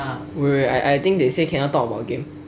wait wait I think they say cannot talk about game